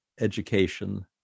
education